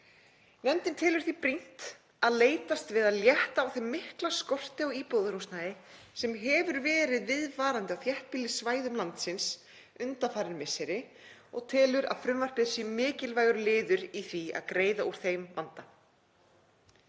Nefndin telur því brýnt að leitast við að létta á þeim mikla skorti á íbúðarhúsnæði sem hefur verið viðvarandi á þéttbýlissvæðum landsins undanfarin misseri og telur að frumvarpið sé mikilvægur liður í því að greiða úr þeim vanda.